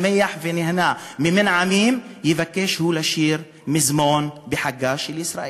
שמח ונהנה ממנעמים/ יבקש הוא לשיר פזמון בחגה של ישראל.